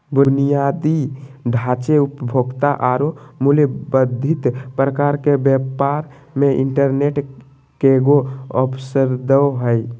बुनियादी ढांचे, उपभोक्ता औरो मूल्य वर्धित प्रकार के व्यापार मे इंटरनेट केगों अवसरदो हइ